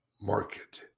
market